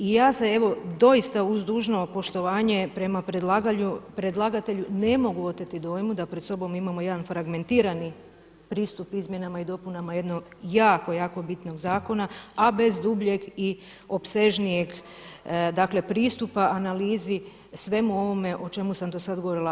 I ja se evo doista uz dužno poštovanje prema predlagatelju ne mogu oteti dojmu da pred sobom imamo jedan fragmentirani pristup izmjenama i dopunama jednog jako, jako bitnog zakona a bez dubljeg i opsežnijeg dakle pristupa analizi svemu ovome o čemu sam do sada govorila.